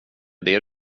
det